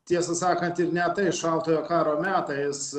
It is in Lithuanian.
tiesą sakant ir net tais šaltojo karo metais